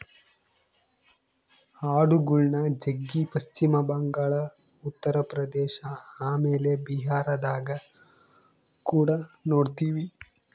ಆಡುಗಳ್ನ ಜಗ್ಗಿ ಪಶ್ಚಿಮ ಬಂಗಾಳ, ಉತ್ತರ ಪ್ರದೇಶ ಆಮೇಲೆ ಬಿಹಾರದಗ ಕುಡ ನೊಡ್ತಿವಿ